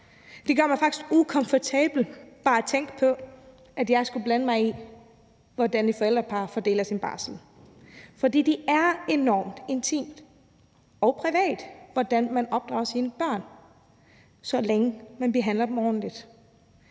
Det gør mig faktisk ukomfortabel bare at tænke på, at jeg skulle blande mig i, hvordan et forældrepar fordeler deres barsel, for det er enormt intimt og privat, hvordan man opdrager sine børn, så længe man behandler dem ordentligt.